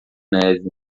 neve